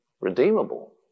redeemable